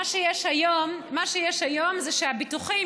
מה שיש היום זה שהביטוחים,